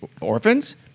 orphans